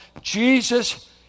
Jesus